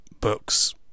books